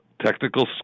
Technical